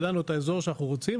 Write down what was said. ידענו את האזור שאנחנו רוצים,